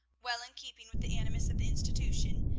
well in keeping with the animus of the institution,